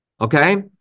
okay